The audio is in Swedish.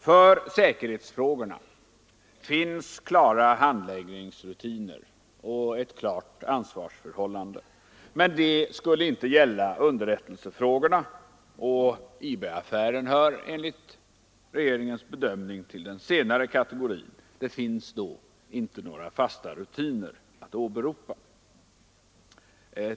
För säkerhetsfrågorna finns klara handläggningsrutiner och ett klart ansvarsförhållande, men detta skulle inte gälla underrättelsefrågorna, och IB-affären hör enligt regeringens bedömning till den senare kategorin. Det finns då inte några fasta rutiner att åberopa.